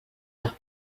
nach